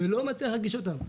ולא מצליח להגיש אותן.